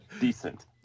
decent